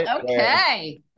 okay